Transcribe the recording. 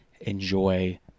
enjoy